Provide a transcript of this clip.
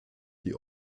die